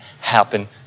happen